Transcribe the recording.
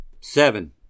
Seven